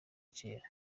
kera